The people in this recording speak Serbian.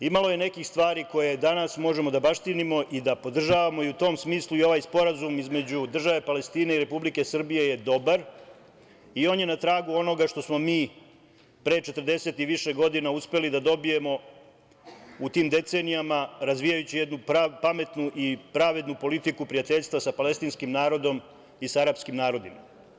Imalo je nekih stvari koje danas možemo da baštinimo i da podržavamo i u tom smislu ovaj sporazum između države Palestine i Republike Srbije je dobar i on je na tragu onoga što smo mi pre 40 i više godina uspeli da dobijemo u tim decenijama, razvijajući jednu pametnu i pravednu politiku prijateljstva sa palestinskim narodom i sa arapskim narodima.